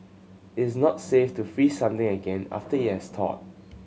is not safe to freeze something again after it has thawed